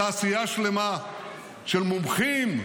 תעשייה שלמה של מומחים,